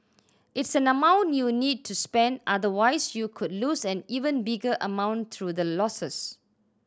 it's an amount you need to spend otherwise you could lose an even bigger amount through the losses